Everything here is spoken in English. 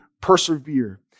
Persevere